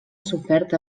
sofert